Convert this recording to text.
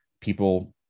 people